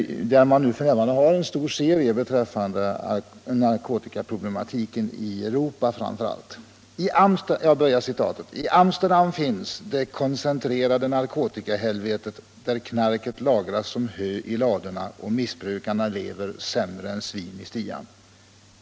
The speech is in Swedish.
Tidningen har f. n. en stor artikelserie beträffande narkotikaproblemen 153 1 framför allt Europa: ”I Amsterdam finns det koncentrerade narkotikahelvetet, där knarket lagras som hö i ladorna och missbrukarna lever "sämre än svin i stian”.